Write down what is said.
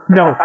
no